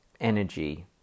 energy